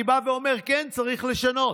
אני בא ואומר: כן, צריך לשנות,